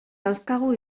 dauzkagu